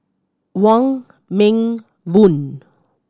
Wong Meng Voon